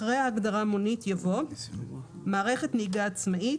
אחרי ההגדרה מונית, יבוא: מערכת נהיגה עצמאית.